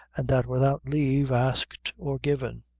and that without leave asked or given.